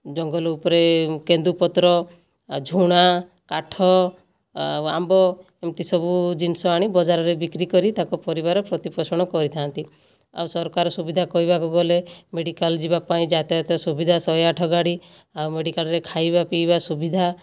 ଜଙ୍ଗଲ ଉପରେ କେନ୍ଦୁ ପତ୍ର ଆଉ ଝୁଣା କାଠ ଆଉ ଆମ୍ବ ଏମିତି ସବୁ ଜିନିଷ ଆଣି ବଜାରରେ ବିକ୍ରି କରି ତାଙ୍କ ପରିବାର ପ୍ରତିପୋଷଣ କରିଥାନ୍ତି ଆଉ ସରକାର ସୁବିଧା କହିବାକୁ ଗଲେ ମେଡିକାଲ ଯିବା ପାଇଁ ଯାତାୟାତ ସୁବିଧା ଶହେ ଆଠ ଗାଡ଼ି ଆଉ ମେଡିକାଲରେ ଖାଇବା ପିଇବା ସୁବିଧା